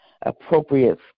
appropriate